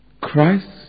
Christ